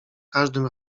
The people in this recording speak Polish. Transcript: każdym